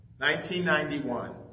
1991